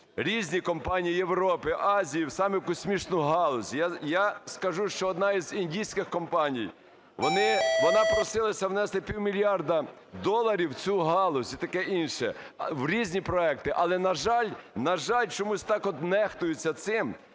різні компанії Європи, Азії саме в космічну галузь. Я скажу, що одна із індійських компаній вона просилася внести півмільярда доларів в цю галузь і таке інше, в різні проекти. Але, на жаль, на жаль, чомусь так нехтується цим,